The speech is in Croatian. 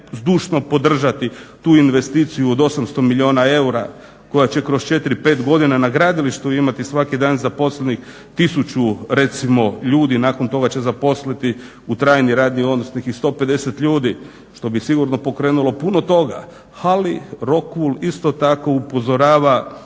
zdušno podržati tu investiciju od 800 milijuna eura koja će kroz četiri, pet godina na gradilištu imati svaki dan zaposlenih 1000 recimo ljudi. Nakon toga će zaposliti u trajni radni odnos nekih 150 ljudi što bi sigurno pokrenulo puno toga. Ali Rokul isto tako upozorava